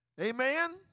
Amen